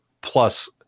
plus